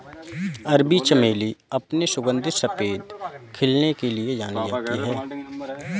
अरबी चमेली अपने सुगंधित सफेद खिलने के लिए जानी जाती है